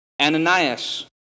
Ananias